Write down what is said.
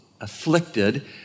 afflicted